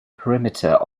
perimeter